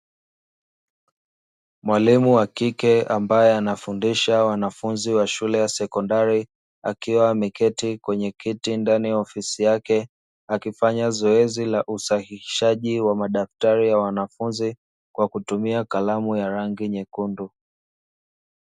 Mwalimu wa kike ambaye anafundisha wanafunzi wa shule ya sekondari, akiwa ameketi kwenye kiti ndani ofisi yake, akifanya zoezi la usahihishaji wa madaftari ya wanafunzi kwa kutumia kalamu ya rangi nyekundu.